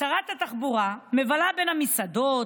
שרת התחבורה מבלה בין המסעדות,